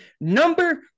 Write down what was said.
number